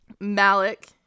Malik